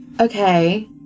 okay